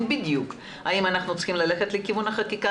בדיוק האם אנחנו צריכים ללכת לכיוון החקיקה,